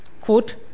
quote